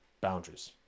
boundaries